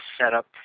setup